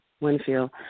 Winfield